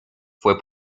fue